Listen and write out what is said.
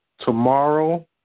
Tomorrow